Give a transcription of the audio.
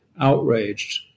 outraged